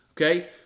Okay